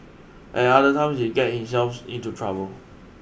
at other times he get himself into trouble